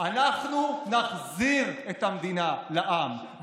אנחנו נחזיר את המדינה לעם.